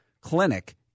clinic